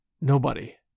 Nobody